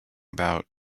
about